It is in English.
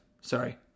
Sorry